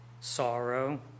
sorrow